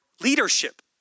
leadership